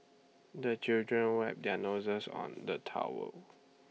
the children wipe their noses on the towel